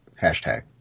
hashtag